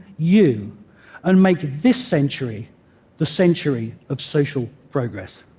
you and make this century the century of social progress.